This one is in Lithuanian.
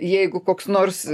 jeigu koks nors